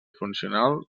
funcional